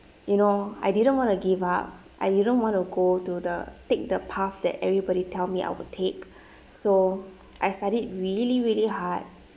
you know I didn't wanna give up I didn't want to go to the take the path that everybody tell me I'll take so I studied really really hard